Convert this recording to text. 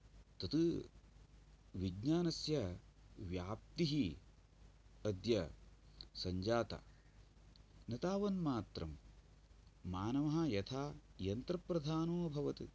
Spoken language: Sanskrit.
तत् विज्ञानस्य व्याप्तिः अद्य सञ्जाता न तावन्मात्रं मानवः यथा यन्त्रप्रधानो अभवत्